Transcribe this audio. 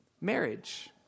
marriage